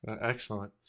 Excellent